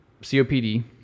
COPD